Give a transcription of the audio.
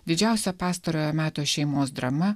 didžiausia pastarojo meto šeimos drama